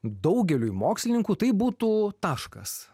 daugeliui mokslininkų tai būtų taškas